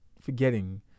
forgetting